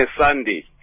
Sunday